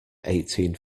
eighteen